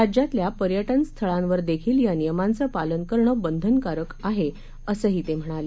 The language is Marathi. राज्यातल्या पर्याज स्थळांवर देखील या नियमांचं पालन करणं बंधनकारक आहे असंही ते म्हणाले